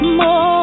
more